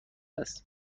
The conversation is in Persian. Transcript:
است